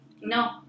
No